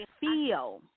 feel